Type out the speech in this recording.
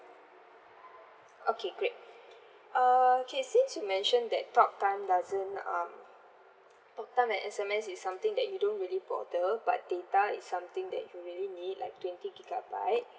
okay great uh okay since you mentioned that talk time doesn't um talk time and S_M_S is something that you don't really bother but data is something that you really need like twenty gigabyte